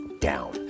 down